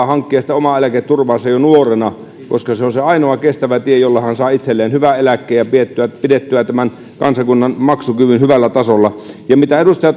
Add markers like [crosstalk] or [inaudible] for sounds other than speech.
[unintelligible] hankkia omaa eläketurvaansa jo nuorena koska se on ainoa kestävä tie jolla hän saa itselleen hyvän eläkkeen ja saa pidettyä tämän kansakunnan maksukyvyn hyvällä tasolla ja kuten edustaja [unintelligible]